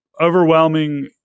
overwhelming